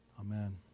Amen